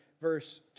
Verse